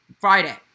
Friday